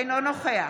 אינו נוכח